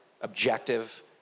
objective